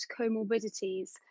comorbidities